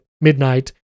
midnight